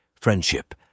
friendship